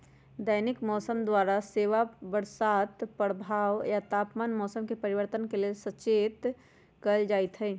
दैनिक मौसम द्वारा हवा बसात प्रवाह आ तापमान मौसम परिवर्तन के लेल सचेत कएल जाइत हइ